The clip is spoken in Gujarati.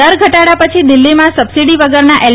દર ઘટાડા પછી દિલ્હીમાં સબસીડી વગરના એલ